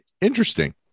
interesting